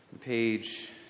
page